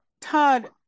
Todd